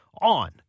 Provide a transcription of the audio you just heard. on